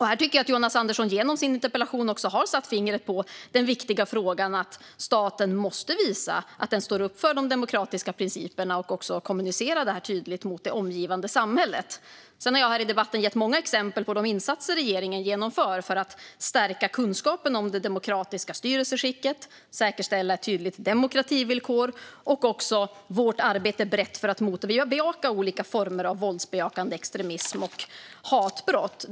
Här tycker jag att Jonas Andersson genom sin interpellation har satt fingret på den viktiga frågan att staten måste visa att den står upp för de demokratiska principerna och också kommunicerar det tydligt mot det omgivande samhället. Sedan har jag här i debatten gett många exempel på de insatser som regeringen genomför för att stärka kunskapen om det demokratiska styrelseskicket, säkerställa ett tydligt demokrativillkor och också vårt arbete för att motverka olika former av våldsbejakande extremism och hatbrott.